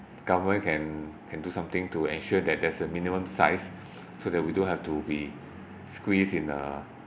government can can do something to ensure that there's a minimum size so that we don't have to be squeezed in a